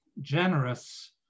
generous